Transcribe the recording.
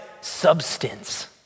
substance